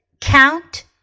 count